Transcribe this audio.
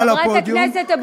מעל הפודיום,